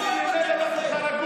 אני לא אוותר לכם.